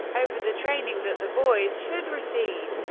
over the training that the boys should receive.